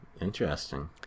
Interesting